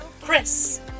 Chris